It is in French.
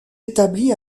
établi